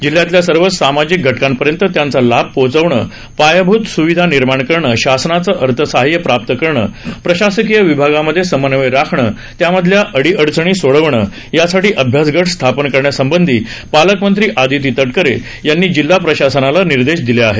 जिल्ह्यातल्या सर्वच सामाजिक घटकांपर्यत त्यांचा लाभ पोहोचवणं पायाभूत सुविधा निर्माण करणं शासनाचं अर्थसहाय्य प्राप्त करणं प्रशासकीय विभागामध्ये समन्वय राखणं त्यामधल्या अडीअडचणी सोडविणं यासाठी अभ्यास गट स्थापन करण्यासंबंधी पालकमंत्री आदिती तटकरे यांनी जिल्हा प्रशासनाला निर्देश दिले आहेत